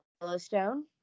Yellowstone